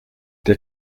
der